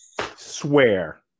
Swear